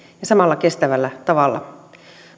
ja samalla kestävällä tavalla